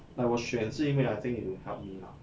but 我选是因为 I think it would help me lah